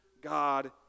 God